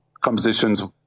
compositions